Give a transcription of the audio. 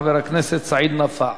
חבר הכנסת סעיד נפאע.